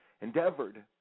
endeavored